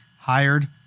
Hired